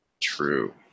true